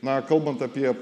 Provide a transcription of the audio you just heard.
na kalbant apie